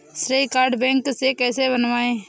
श्रेय card bank से कैसे बनवाएं?